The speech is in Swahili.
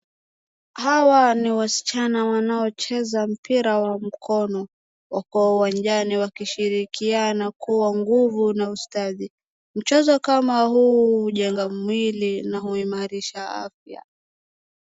Hawa ni wasichana wanao cheza mpira wa mkono. Wako uwanjani wakishirikiana kwa nguvu na ustadi. Mchezo kama huu hujenga mwili na huimarisha afya.